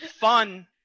fun